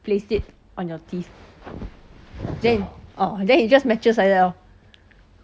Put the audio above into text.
placed it on your teeth then orh then he just matches like that orh